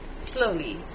slowly